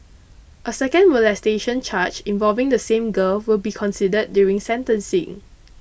a second molestation charge involving the same girl will be considered during sentencing